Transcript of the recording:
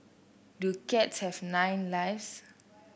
do cats have nine lives